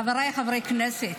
חבריי חברי הכנסת,